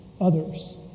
others